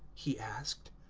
he asked.